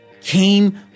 Came